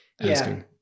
asking